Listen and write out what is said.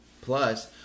Plus